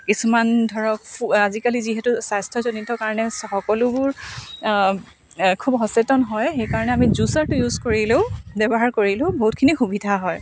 কিছুমান ধৰক আজিকালি যিহেতু স্বাস্থ্যজনিত কাৰণে সকলোবোৰ খুব সচেতন হয় সেইকাৰণে আমি জুচাৰটো ইউজ কৰিলেও ব্যৱহাৰ কৰিলেও বহুতখিনি সুবিধা হয়